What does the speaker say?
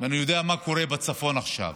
ואני יודע מה קורה בצפון עכשיו,